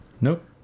Nope